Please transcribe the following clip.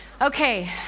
Okay